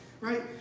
Right